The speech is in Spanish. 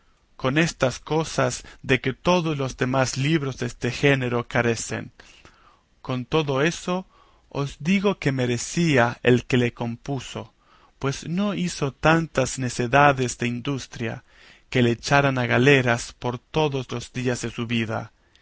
con estas cosas de que todos los demás libros deste género carecen con todo eso os digo que merecía el que le compuso pues no hizo tantas necedades de industria que le echaran a galeras por todos los días de su vida